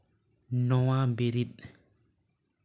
ᱱᱚᱣᱟ ᱵᱤᱨᱤᱫ